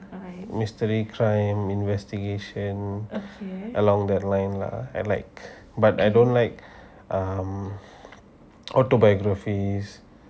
mystery crime investigation along the line lah I like but I don't like um autobiography